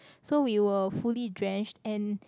so we were fully drenched and